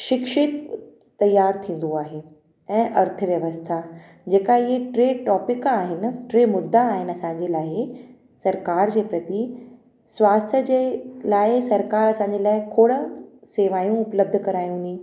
शिक्षित तयारु थींदो आहे ऐं अर्थव्यवस्था जेका ई ट्रे टॉपिक आहिनि टे मुदा आहिनि असांजे लाइ सरकारि जे प्रति स्वास्थ्य जे लाइ सरकारि असांजे लाइ खोड़ शेवायूं उपलब्ध करायूं नी